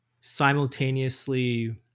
simultaneously